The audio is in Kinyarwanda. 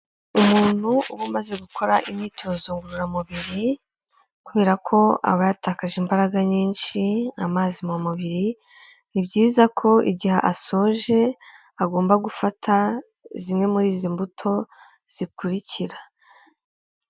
Umuntu uba umaze gukora imyitozo ngororamubiri kubera ko aba yatakaje imbaraga nyinshi amazi mu mubiri ni byiza ko igihe asoje agomba gufata zimwe muri izi mbuto zikurikira.